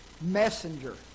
Messenger